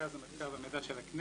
מרכז המחקר והמידע של הכנסת.